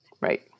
Right